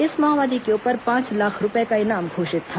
इस माओवादी के ऊपर पांच लाख रूपए का इनाम घोषित था